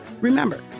Remember